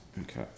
Okay